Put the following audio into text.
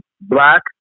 black